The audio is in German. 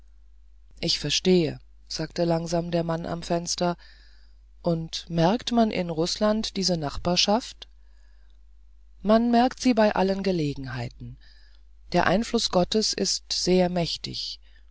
ich verstehe sagte langsam der mann am fenster und merkt man in rußland diese nachbarschaft man merkt sie bei allen gelegenheiten der einfluß gottes ist sehr mächtig